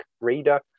Reader